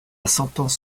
sentence